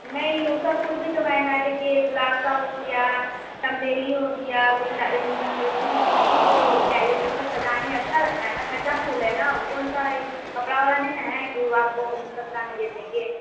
नहीं वह सब फूल भी तो महँगा है देखिए गुलाब का हो गया चमली हो गया गुंडा सूरजमुखी फूल हो गया यह सबका सजानी अच्छा लगता है ना अच्छा फूल है ना वह कौनसा यह कपड़ा वाला नहीं ना है कि वह आपको हम सस्ता में दे देंगे